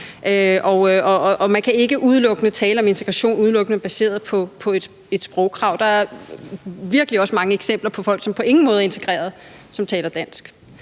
Man kan ikke tale om integration udelukkende baseret på et sprogkrav. Der er virkelig også mange eksempler på folk, som på ingen måder er integrerede, og som taler dansk.